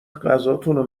غذاتون